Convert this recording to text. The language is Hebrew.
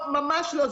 ממש לא.